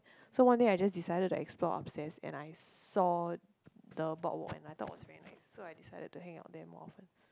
so one day I just decided to explore upstairs and I saw the boardwalk and I thought it was very nice so I decided to hang out there more often